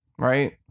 right